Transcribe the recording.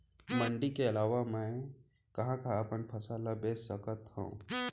मण्डी के अलावा मैं कहाँ कहाँ अपन फसल ला बेच सकत हँव?